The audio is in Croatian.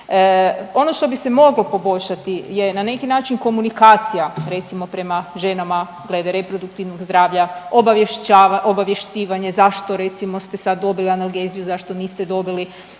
Ono što bi se moglo poboljšati je na neki način komunikacija recimo prema ženama glede reproduktivnog zdravlja, obavješćivanjeac zašto recimo ste sad dobili analgeziju zašto niste dobili da se